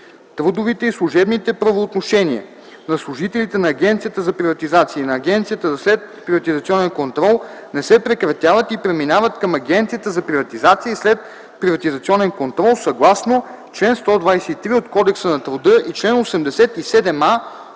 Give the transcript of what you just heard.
Трудовите и служебните правоотношения на служителите на Агенцията за приватизация и на Агенцията за следприватизационен контрол не се прекратяват и преминават към Агенцията за приватизация и следприватизационен контрол съгласно чл. 123 от Кодекса на труда и чл. 87а